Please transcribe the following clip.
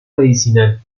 medicinal